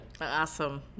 Awesome